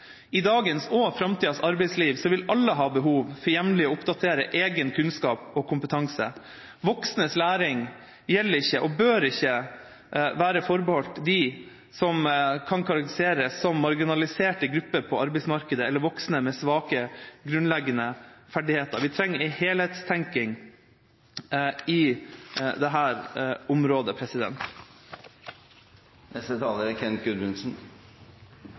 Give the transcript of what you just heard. I dagens og framtidas arbeidsliv vil alle ha behov for jevnlig å oppdatere egen kunnskap og kompetanse. Voksnes læring gjelder ikke og bør ikke være forbeholdt dem som kan karakteriseres som marginaliserte grupper på arbeidsmarkedet, eller voksne med svake grunnleggende ferdigheter. Vi trenger en helhetstenking på dette området. Det er en historisk stortingsmelding vi i dag behandler. Denne meldingen er